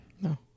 No